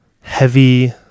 heavy